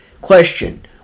Question